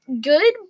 good